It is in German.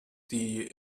die